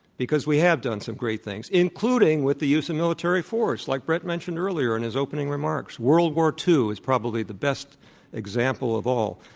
because we have done some great things, including with the use of military force, like bret mentioned earlier in his opening remarks. world war ii is probably the best example of all.